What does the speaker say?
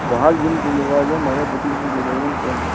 بہٕ حَظ یِمہٕ ژٔنٛدٕرۍ وارِ دۄہ مگر بہٕ تہِ چھُس دَپان تۅہہِ